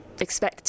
expect